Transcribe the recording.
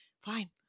Fine